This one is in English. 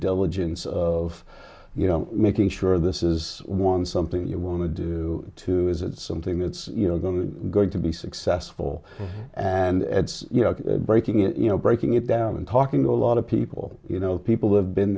diligence of you know making sure this is one something you want to do to is it something that's you know going to going to be successful and you know breaking it you know breaking it down and talking to a lot of people you know people who have been